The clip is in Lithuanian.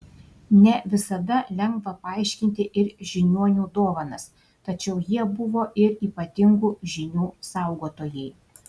ne visada lengva paaiškinti ir žiniuonių dovanas tačiau jie buvo ir ypatingų žinių saugotojai